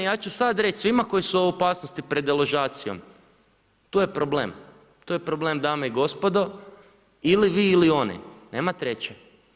Ja ću sada reći svima koji su u opasnosti pred deložacijom, to je problem, to je problem dame i gospodo ili vi ili oni, nema treće.